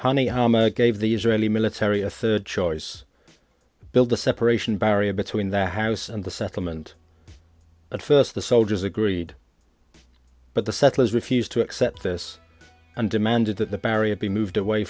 honey hama gave the israeli military a third choice build a separation barrier between the house and the settlement at first the soldiers agreed but the settlers refused to accept this and demanded that the barrier be moved away